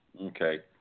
Okay